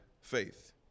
faith